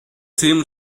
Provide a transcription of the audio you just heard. seemed